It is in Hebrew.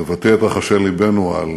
לבטא את רחשי לבנו על